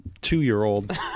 two-year-old